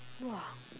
!wah!